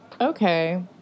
okay